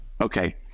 Okay